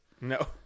No